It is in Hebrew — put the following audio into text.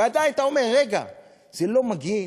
ועדיין אתה אומר, רגע, זה לא מגעיל?